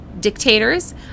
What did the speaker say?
dictators